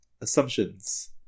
assumptions